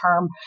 term